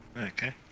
Okay